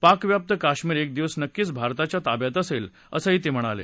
पाकव्याप्त कश्मीर एक दिवस नक्कीच भारताच्या ताब्यात असेल असंही ते म्हणाले